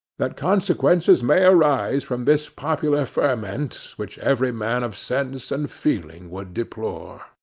that consequences may arise from this popular ferment, which every man of sense and feeling would deplore